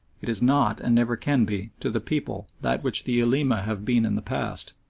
it is not, and never can be, to the people that which the ulema have been in the past,